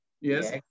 Yes